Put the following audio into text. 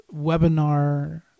webinar